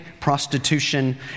prostitution